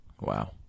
wow